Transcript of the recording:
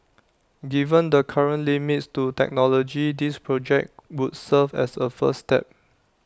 given the current limits to technology this project would serve as A first step